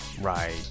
Right